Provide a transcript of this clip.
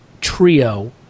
trio